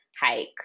hike